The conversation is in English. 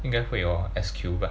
应该会 hor S_Q but